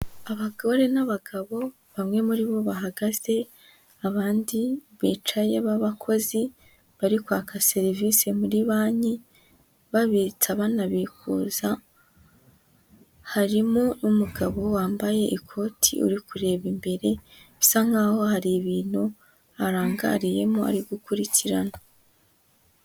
Abagore n'abagabo bamwe muri bo bahagaze abandi bicaye babakozi bari kwaka serivisi muri banki, babitsa banabikuza, harimo umugabo wambaye ikoti uri kureba imbere bisa nk'aho hari ibintu arangariyemo ari gukurikirana.